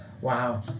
Wow